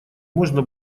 можно